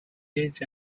age